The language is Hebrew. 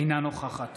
אינה נוכחת